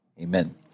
Amen